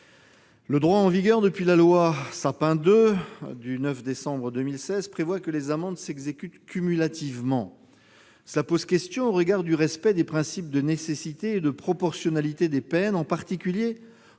Le droit en vigueur depuis la loi Sapin II du 9 décembre 2016 prévoit que les amendes s'exécutent cumulativement. Cela pose question au regard du respect des principes de nécessité et de proportionnalité des peines, compte tenu